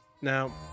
Now